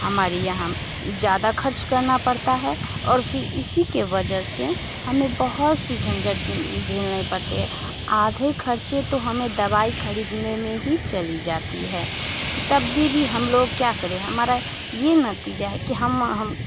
हमारे यहाँ ज़्यादा ख़र्च करना पड़ता है और फिर इसी के वजह से हमें बहुत सी झंझट झेलनी पड़ती है आधा ख़र्च तो हमें दवाई ख़रीदने में ही चला जाता है तभ भी हम लोग क्या करें हमारा ये नतीजा है कि हम हम